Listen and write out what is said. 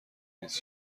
نیست